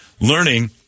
learning